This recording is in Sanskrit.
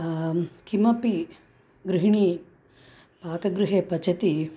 किमपि गृहिणी पाकगृहे पचति